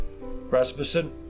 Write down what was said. Rasmussen